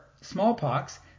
smallpox